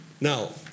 Now